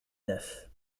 neuf